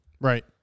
right